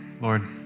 Lord